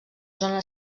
zona